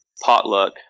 potluck